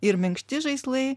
ir minkšti žaislai